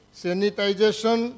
sanitization